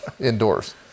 Indoors